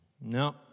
No